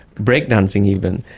breakdancing even.